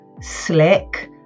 slick